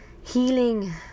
Healing